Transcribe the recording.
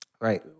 Right